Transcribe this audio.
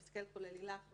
אני מסתכלת על לילך,